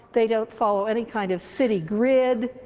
they don't follow any kind of city grid.